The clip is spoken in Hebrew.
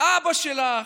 אבא שלך,